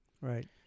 Right